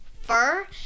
fur